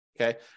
Okay